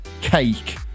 cake